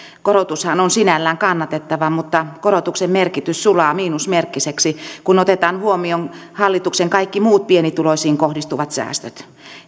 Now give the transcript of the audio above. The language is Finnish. korotushan on sinällään kannatettava mutta korotuksen merkitys sulaa miinusmerkkiseksi kun otetaan huomioon hallituksen kaikki muut pienituloisiin kohdistuvat säästöt